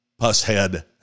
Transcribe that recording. Pusshead